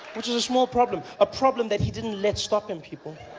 which is a small problem, a problem that he didn't let stop him people